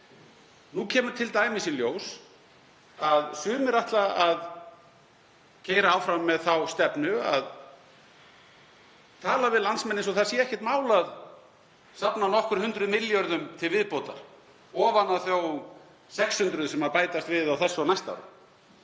Nú kemur t.d. í ljós að sumir ætla að keyra áfram með þá stefnu að tala við landsmenn eins og það sé ekkert mál að safna nokkur hundruð milljörðum til viðbótar ofan á þá 600 sem bætast við á þessu og næsta